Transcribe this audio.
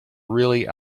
really